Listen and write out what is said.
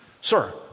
Sir